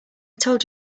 told